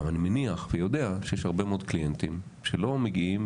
אני מניח ויודע שיש הרבה מאוד קליינטים שלא מגיעים,